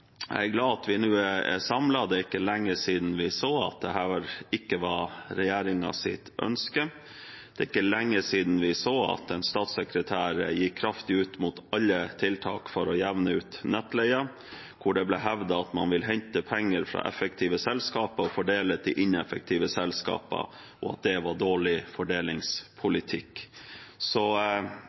at dette ikke var regjeringens ønske. Det er ikke lenge siden vi så at en statssekretær gikk kraftig ut mot alle tiltak for å jevne ut nettleien, og det ble hevdet at man ville hente penger fra effektive selskaper og fordele til ineffektive selskaper, og at det var dårlig fordelingspolitikk.